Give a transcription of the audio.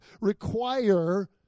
require